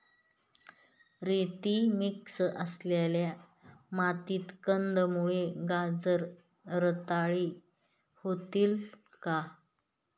रेती मिक्स असलेल्या मातीत कंदमुळे, गाजर रताळी होतील का?